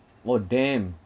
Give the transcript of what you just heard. oh damn